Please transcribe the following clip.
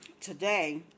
today